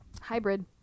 hybrid